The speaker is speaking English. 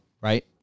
Right